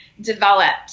developed